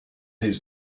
his